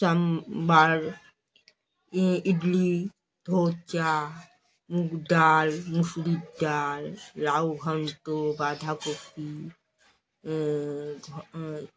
সাম্বার ইডলি ধোসা মুগ ডাল মুসুরির ডাল লাউ ঘণ্টো বাঁধাকপি